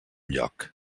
lloc